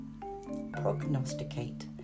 prognosticate